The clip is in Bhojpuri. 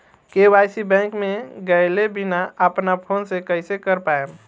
के.वाइ.सी बैंक मे गएले बिना अपना फोन से कइसे कर पाएम?